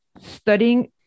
studying